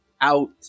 out